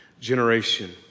generation